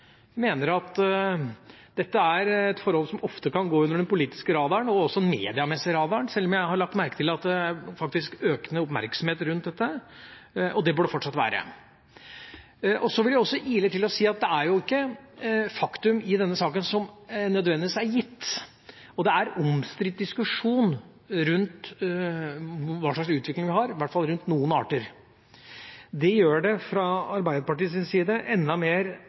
mener dette er forhold som ofte kan gå under den politiske radaren, også medieradaren, sjøl om jeg har lagt merke til at det er økende oppmerksomhet rundt dette, og det bør det fortsatt være. Så vil jeg også ile til og si at det er ikke et faktum som nødvendigvis er gitt i denne saken, og det er en omstridt diskusjon rundt hva slags utvikling vi har, i hvert fall rundt noen arter. Det gjør at det fra Arbeiderpartiets side er enda mer